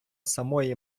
самої